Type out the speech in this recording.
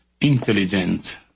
intelligence